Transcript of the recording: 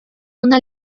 una